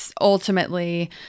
ultimately